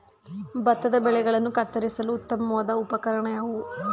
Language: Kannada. ಭತ್ತದ ಬೆಳೆಗಳನ್ನು ಕತ್ತರಿಸಲು ಉತ್ತಮವಾದ ಉಪಕರಣ ಯಾವುದು?